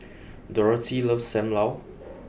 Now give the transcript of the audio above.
Dorathy loves Sam Lau